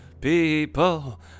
people